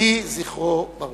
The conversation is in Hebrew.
יהי זכרו ברוך.